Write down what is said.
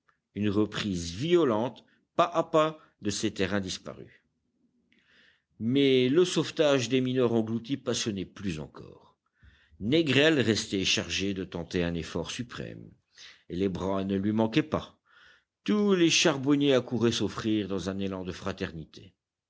une reprise violente pas à pas de ces terrains disparus mais le sauvetage des mineurs engloutis passionnait plus encore négrel restait chargé de tenter un effort suprême et les bras ne lui manquaient pas tous les charbonniers accouraient s'offrir dans un élan de fraternité